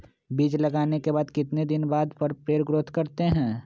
बीज लगाने के बाद कितने दिन बाद पर पेड़ ग्रोथ करते हैं?